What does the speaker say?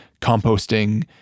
composting